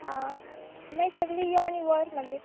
आं माई सगली यो आनी व्हर मागीर